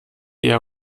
eher